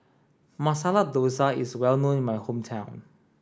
Masala Dosa is well known in my hometown